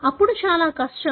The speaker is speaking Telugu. అప్పుడు చాలా కష్టం